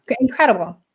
incredible